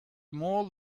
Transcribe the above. more